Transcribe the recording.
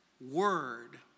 word